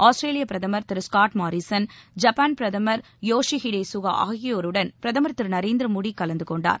ஆஸ்திரேலிய பிரதமர் திரு Scott Morrison Japan பிரதமர் யோஷிஹிடே சுகா ஆகியோருடன் பிரதமர் திரு நரேந்திர மோடி கலந்து கொண்டார்